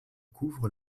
couvre